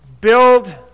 build